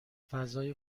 فضای